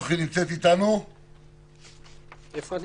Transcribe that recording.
איילה